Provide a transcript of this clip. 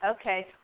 Okay